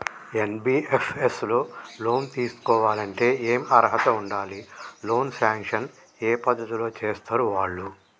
NBFS లో loan తీస్కోవాలంటే ఏం అర్హత ఉండాలి? లోన్ సాంక్షన్ ఏ పద్ధతి లో చేస్తరు వాళ్లు?